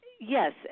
yes